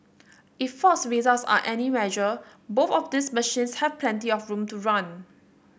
if Ford's results are any measure both of these machines have plenty of room to run